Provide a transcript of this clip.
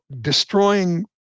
destroying